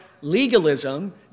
legalism